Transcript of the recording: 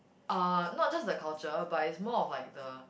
uh not just the culture but is more of like the